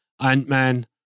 Ant-Man